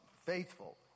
faithful